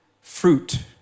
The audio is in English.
fruit